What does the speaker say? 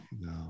no